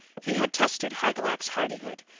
he had tested hygelac's hardihood,